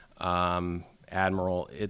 admiral